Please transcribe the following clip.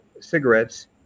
cigarettes